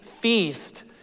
feast